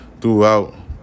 throughout